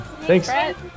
Thanks